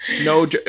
no